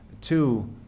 two